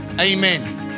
amen